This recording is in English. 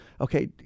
Okay